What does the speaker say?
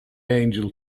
angel